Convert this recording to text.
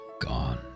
gone